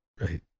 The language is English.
Right